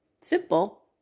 Simple